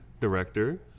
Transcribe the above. director